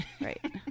Right